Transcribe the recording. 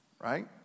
right